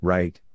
Right